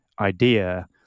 idea